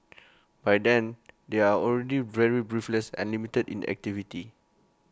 by then they are already very breathless and limited in activity